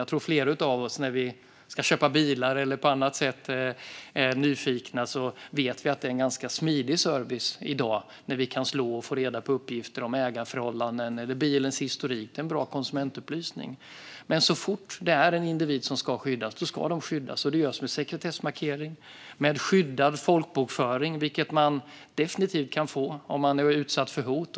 Jag tror att flera av oss vet - när vi ska köpa bilar eller på annat sätt är nyfikna - att det är en ganska smidig service i dag när vi kan slå i registret och få reda på uppgifter om ägarförhållanden eller bilens historik. Det är en bra konsumentupplysning. Men så fort det är en individ som ska skyddas ska de också skyddas. Det görs med sekretessmarkering och med skyddad folkbokföring, vilket man definitivt kan få om man är utsatt för hot.